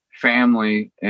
family